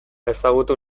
ezagutu